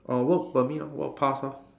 orh work permit work pass ah